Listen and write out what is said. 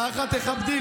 ככה תכבדי?